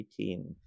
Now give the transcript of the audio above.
18